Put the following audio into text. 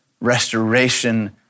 restoration